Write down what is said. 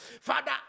Father